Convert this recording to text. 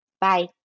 Bye